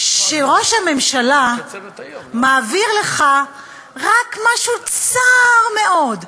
שראש הממשלה מעביר לך רק משהו צר מאוד,